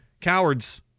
Cowards